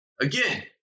Again